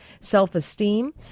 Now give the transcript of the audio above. self-esteem